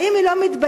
האם היא לא מתביישת